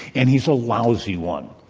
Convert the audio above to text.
and he's a lousy one.